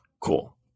cool